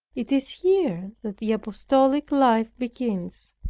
it is here that the apostolic life begins.